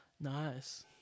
Nice